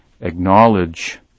acknowledge